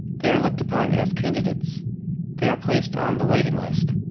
they are looked upon as candidates they are placed on the waiting list.